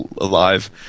alive